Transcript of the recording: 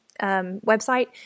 website